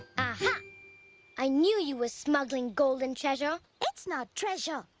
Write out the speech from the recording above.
ah i knew you were smuggling golden treasure. it's not treasure.